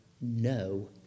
no